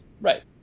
Right